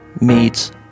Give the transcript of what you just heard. meets